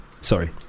Sorry